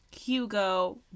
Hugo